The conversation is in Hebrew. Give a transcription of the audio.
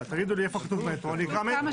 תגידו לי איפה כתוב מטרו, אני אקרא מטרו.